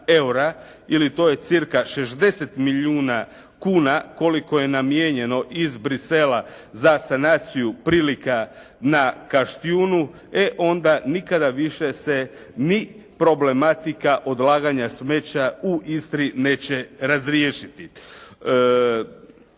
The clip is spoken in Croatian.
ili to je cirka 60 milijuna kuna koliko je namijenjeno iz Bruxellesa za sanaciju prilika na Kaštjunu e onda nikada više se ni problematika odlaganja smeća u Istri neće razriješiti.